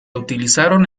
utilizaron